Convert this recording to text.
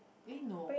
eh no